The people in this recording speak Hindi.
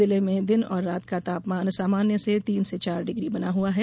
जिले में दिन और रात का तापमान सामान्य से तीन से चार डिग्री बना हुआ है